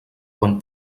quan